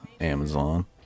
Amazon